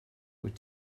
wyt